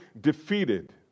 defeated